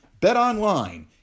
BetOnline